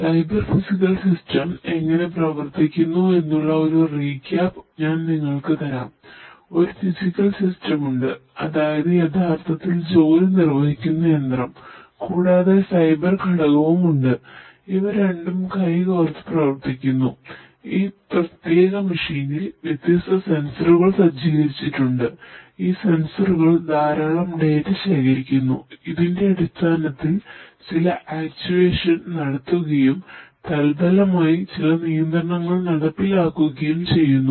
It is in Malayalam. ഒരു സൈബർ ഫിസിക്കൽ സിസ്റ്റം നടത്തുകയും തൽഫലമായി ചില നിയന്ത്രണങ്ങൾ നടപ്പിലാകുകയും ചെയ്യുന്നു